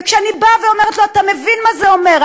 וכשאני באה ואומרת לו: אתה מבין מה זה אומר?